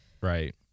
right